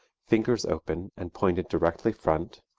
fingers open and pointed directly front,